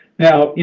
now,